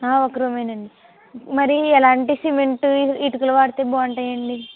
ఒక్క రూమే అండి మరీ ఎలాంటి సిమెంట్ ఇటుకలు వాడితే బాగుంటాయండి